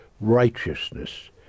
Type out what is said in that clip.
righteousness